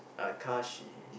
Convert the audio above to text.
uh Kashi